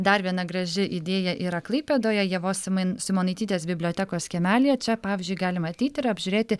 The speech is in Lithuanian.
dar viena graži idėja yra klaipėdoje ievos simonaitytės bibliotekos kiemelyje čia pavyzdžiui galima ateiti ir apžiūrėti